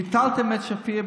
ביטלתם את שפיר,